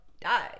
die